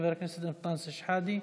של חבר הכנסת אנטאנס שחאדה: